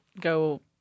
go